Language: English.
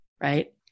right